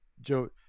Joe